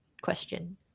question